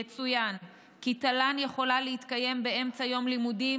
יצוין כי תל"ן יכולה להתקיים באמצע יום לימודים